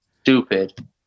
Stupid